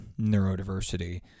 neurodiversity